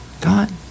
God